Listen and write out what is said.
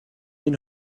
энэ